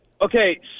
Okay